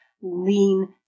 lean